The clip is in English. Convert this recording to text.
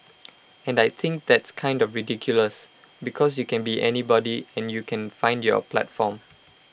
and I think that's kind of ridiculous because you can be anybody and you can find your platform